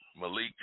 malik